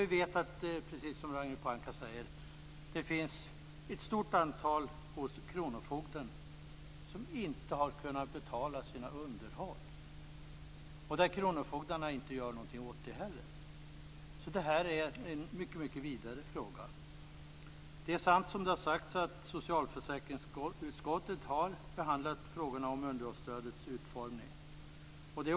Vi vet att det, precis som Ragnhild Pohanka säger, finns ett stort antal ärenden hos kronofogden gällande föräldrar som inte har kunnat betala sina underhåll. Kronofogdarna gör heller inget åt det. Det är en mycket vidare fråga. Det är sant som det har sagts att socialförsäkringsutskottet har behandlat frågorna om underhållsstödets utformning.